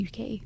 UK